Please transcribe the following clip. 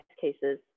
cases